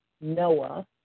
Noah